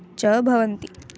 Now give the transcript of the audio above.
च भवन्ति